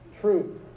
truth